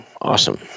awesome